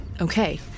Okay